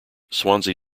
swansea